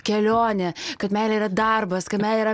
kelionė kad meilė yra darbas kad meilė yra